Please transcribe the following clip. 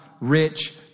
rich